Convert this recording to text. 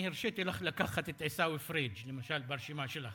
אני הרשיתי לך לקחת את עיסאווי פריג' לרשימה שלך.